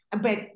but-